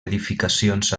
edificacions